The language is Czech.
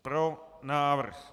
Pro návrh.